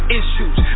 issues